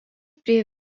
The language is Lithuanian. prie